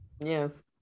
yes